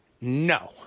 No